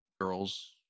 girls